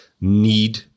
need